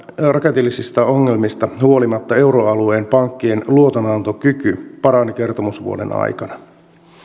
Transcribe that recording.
rakenteellisista ongelmista huolimatta euroalueen pankkien luo tonantokyky parani kertomusvuoden aikana